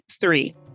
three